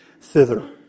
thither